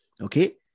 Okay